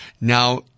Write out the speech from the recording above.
Now